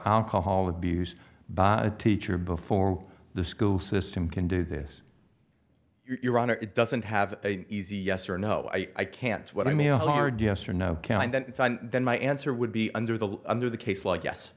alcohol abuse by a teacher before the school system can do this your honor it doesn't have a easy yes or no i can't what i mean a hard yes or no can and then then my answer would be under the under the case like yes